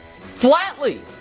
flatly